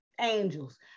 angels